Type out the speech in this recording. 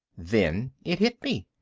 then it hit me.